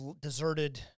deserted